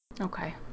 Okay